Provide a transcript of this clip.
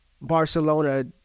Barcelona